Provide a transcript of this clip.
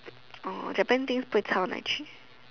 oh Japan things 不会差到哪里去